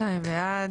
2. מי נגד?